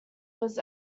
was